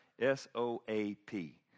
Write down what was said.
S-O-A-P